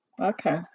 Okay